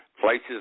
Places